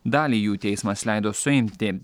dalį jų teismas leido suimti